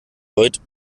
leut